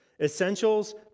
Essentials